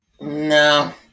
No